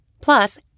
Plus